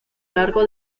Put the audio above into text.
largo